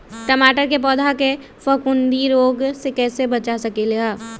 टमाटर के पौधा के फफूंदी रोग से कैसे बचा सकलियै ह?